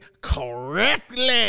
correctly